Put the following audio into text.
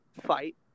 fight